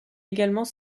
également